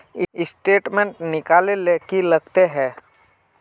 Statement निकले ले की लगते है?